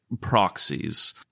proxies